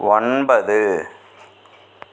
ஒன்பது